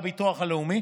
הביטוח הלאומי,